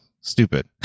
stupid